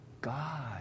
God